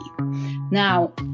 Now